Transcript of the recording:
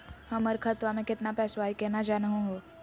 हमर खतवा मे केतना पैसवा हई, केना जानहु हो?